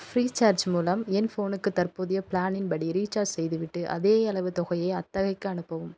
Freecharge மூலம் என் ஃபோனுக்கு தற்போதைய பிளானின் படி ரீசார்ஜ் செய்துவிட்டு அதேயளவு தொகையை அத்தாயிக்கு அனுப்பவும்